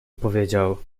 powiedział